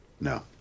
no